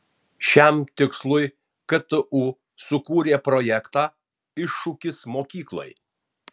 šiam tikslui ktu sukūrė projektą iššūkis mokyklai